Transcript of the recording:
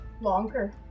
Longer